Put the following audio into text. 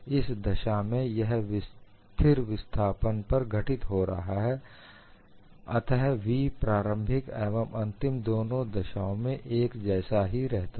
इस दशा में यह स्थिर विस्थापन पर घटित हो रहा है अतः 'v' प्रारंभिक एवं अंतिम दोनों दशाओं में एक जैसा ही रहता है